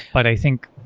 but i think,